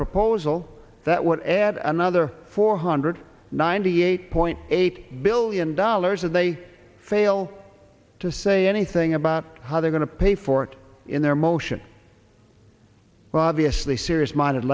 proposal that would add another four hundred ninety eight point eight billion dollars and they fail to say anything about how they're going to pay for it in their motion well obviously serious minded